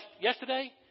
yesterday